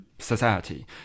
society